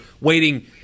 waiting